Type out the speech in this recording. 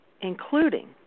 including